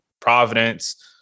Providence